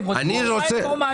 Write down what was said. רוצים אינפורמציה.